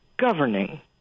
governing